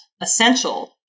essential